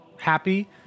happy